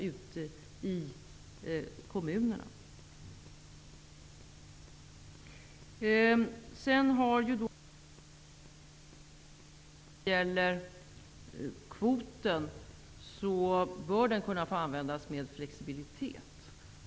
När det gäller kvoten har utskottet självt uttalat att den bör kunna användas med flexibilitet.